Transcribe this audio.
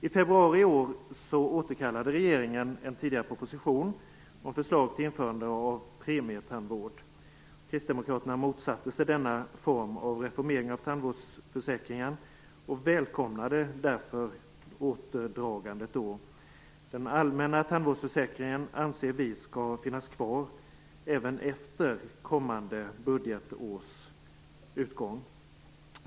I februari i år återkallade regeringen en tidigare proposition om förslag till införande av premietandvård. Kristdemokraterna motsatte sig denna form av reformering av tandvårdsförsäkringen och välkomnade därför återtagandet. Den allmänna tandvårdsförsäkringen anser vi skall finnas kvar även efter kommande budgetårs utgång.